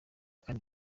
kane